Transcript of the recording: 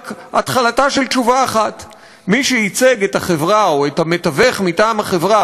רק התחלתה של תשובה אחת: מי שייצג את החברה או את המתווך מטעם החברה